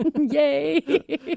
Yay